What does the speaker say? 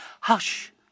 Hush